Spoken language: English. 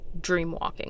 dreamwalking